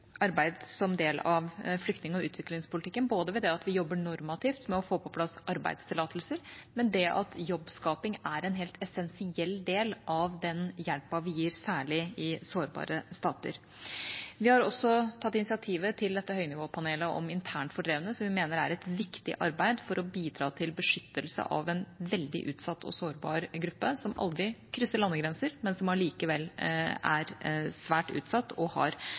arbeid som del av flyktning- og utviklingspolitikken ved at vi jobber normativt med å få på plass arbeidstillatelser, og ved at jobbskaping er en helt essensiell del av den hjelpen vi gir særlig i sårbare stater. Vi har også tatt initiativet til dette høynivåpanelet om internt fordrevne, som vi mener er et viktig arbeid for å bidra til beskyttelse av en veldig utsatt og sårbar gruppe, som aldri krysser landegrenser, men som allikevel er svært utsatt og har